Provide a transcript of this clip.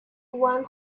one